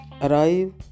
Arrive